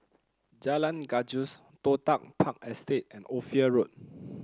Jalan Gajus Toh Tuck Park Estate and Ophir Road